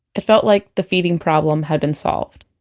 it felt like the feeding problem had been solved